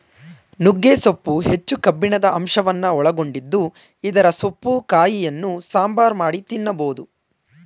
ನುಗ್ಗೆ ಸೊಪ್ಪು ಹೆಚ್ಚು ಕಬ್ಬಿಣದ ಅಂಶವನ್ನು ಒಳಗೊಂಡಿದ್ದು ಇದರ ಸೊಪ್ಪು ಕಾಯಿಯನ್ನು ಸಾಂಬಾರ್ ಮಾಡಿ ತಿನ್ನಬೋದು